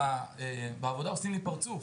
בעבודה עושים לי פרצוף,